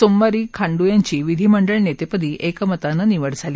सोमवारी खांडू यांची विधीमंडळ नेतेपदी एकमतानं निवड झाली